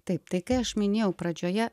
taip tai kai aš minėjau pradžioje